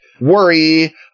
worry